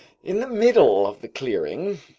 in the middle of the clearing,